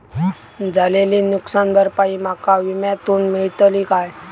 झालेली नुकसान भरपाई माका विम्यातून मेळतली काय?